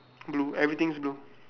blue everything's blue